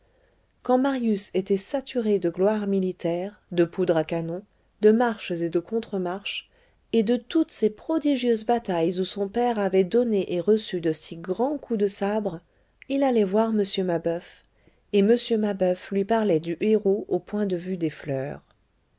quand marius était saturé de gloire militaire de poudre à canon de marches et de contre-marches et de toutes ces prodigieuses batailles où son père avait donné et reçu de si grands coups de sabre il allait voir m mabeuf et m mabeuf lui parlait du héros au point de vue des fleurs